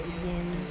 again